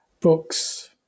books